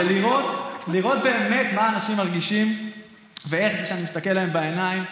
ולראות באמת מה אנשים מרגישים ואיך זה כשאני מסתכל להם בעיניים,